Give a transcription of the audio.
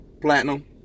Platinum